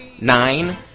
Nine